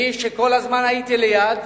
אני, שכל הזמן הייתי ליד,